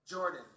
Jordan